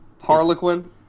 Harlequin